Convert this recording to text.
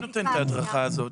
מי נותן את ההדרכה הזו?